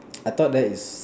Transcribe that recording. I thought that is